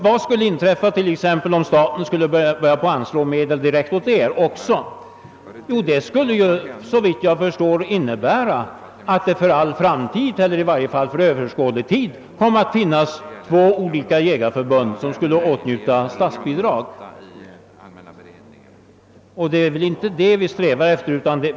Vad skulle inträffa om staten började anslå medel direkt till er också? Det skulle såvitt jag förstår innebära att det för all framtid eller i varje fall för över skådlig tid komme att finnas två olika jägarförbund som skulle åtnjuta statsbidrag. Det är väl inte det vi strävar efter?